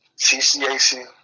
CCAC